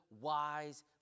wise